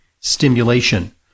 stimulation